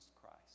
Christ